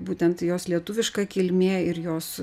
būtent jos lietuviška kilmė ir jos